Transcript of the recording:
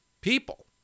people